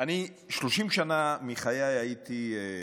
אני 30 שנה מחיי הייתי,